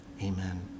Amen